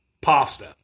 pasta